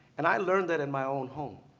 and i learned that in my own home.